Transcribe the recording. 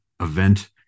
event